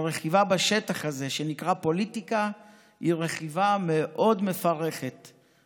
הרכיבה בשטח הזה שנקרא פוליטיקה היא רכיבה מפרכת מאוד,